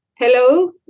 Hello